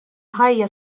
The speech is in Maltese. ħajja